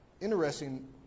Interesting